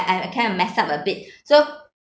I I kind of mess up a bit so